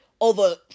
over